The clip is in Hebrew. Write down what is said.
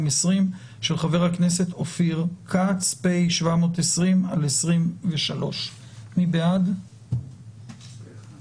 של חבר הכנסת אופיר כץ (פ/720/23).." הצבעה אושר.